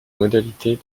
modalités